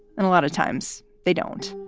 and a lot of times they don't.